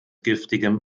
giftigem